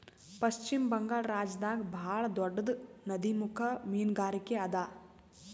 ಪಶ್ಚಿಮ ಬಂಗಾಳ್ ರಾಜ್ಯದಾಗ್ ಭಾಳ್ ದೊಡ್ಡದ್ ನದಿಮುಖ ಮೀನ್ಗಾರಿಕೆ ಅದಾ